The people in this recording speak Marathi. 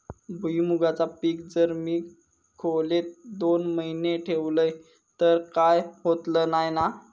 भुईमूगाचा पीक जर मी खोलेत दोन महिने ठेवलंय तर काय होतला नाय ना?